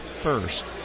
first